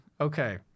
okay